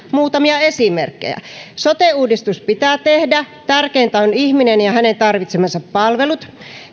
muutamia esimerkkejä sote uudistus pitää tehdä tärkeintä on ihminen ja hänen tarvitsemansa palvelut